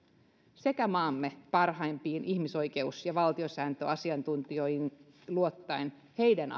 sekä maamme parhaimpiin ihmisoikeus ja valtiosääntöasiantuntijoihin luottaa heidän